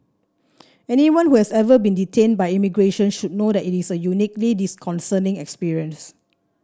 anyone who has ever been detained by immigration would know that it is a uniquely disconcerting experience